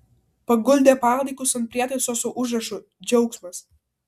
paguldė palaikus ant prietaiso su užrašu džiaugsmas